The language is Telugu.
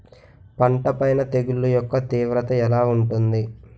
పంట పైన తెగుళ్లు యెక్క తీవ్రత ఎలా ఉంటుంది